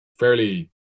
fairly